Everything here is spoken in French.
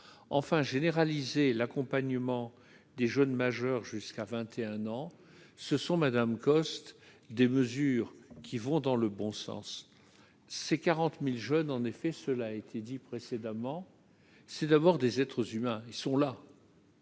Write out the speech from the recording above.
enfin généralisé, l'accompagnement des jeunes majeurs jusqu'à 21 ans, ce sont Madame Coste, des mesures qui vont dans le bon sens, c'est 40000 jeunes en effet, cela a été dit précédemment, c'est d'abord des être s'humains, ils sont là.